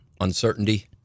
uncertainty